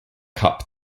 cup